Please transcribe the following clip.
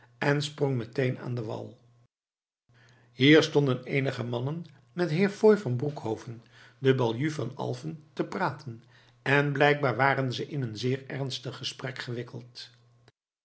en sprong meteen aan den wal hier stonden eenige mannen met heer foy van broeckhoven den baljuw van alfen te praten en blijkbaar waren ze in een zeer ernstig gesprek gewikkeld